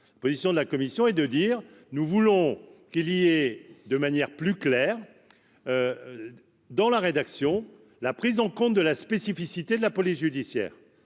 position de la commission et de dire : nous voulons qui est lié de manière plus claire dans la rédaction, la prise en compte de la spécificité de la police judiciaire.